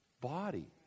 body